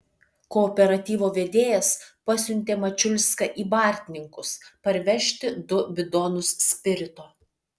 kooperatyvo vedėjas pasiuntė mačiulską į bartninkus parvežti du bidonus spirito